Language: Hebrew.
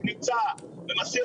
נמצא ומסיע